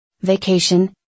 Vacation